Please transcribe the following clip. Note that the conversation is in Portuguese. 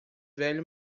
velho